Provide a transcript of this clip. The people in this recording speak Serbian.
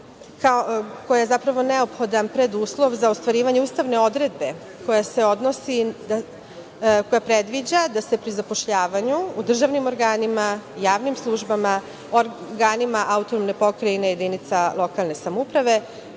koja je neophodan preduslov za ostvarivanje ustavne odredbe koja se odnosi, koja predviđa da se pri zapošljavanju u državnim organima, javnim službama, organima autonomne pokrajine, jedinica lokalne samouprave